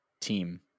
team